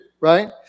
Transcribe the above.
right